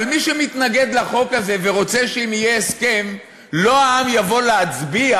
אבל מי שמתנגד לחוק הזה ורוצה שאם יהיה הסכם לא העם יבוא להצביע,